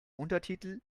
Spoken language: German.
untertitel